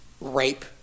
rape